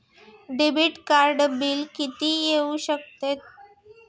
Debit कार्डचे bill किती येऊ शकते?